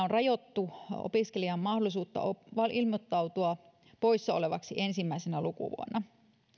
on rajattu opiskelijan mahdollisuutta ilmoittautua poissa olevaksi ensimmäisenä lukuvuonna